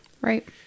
Right